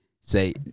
say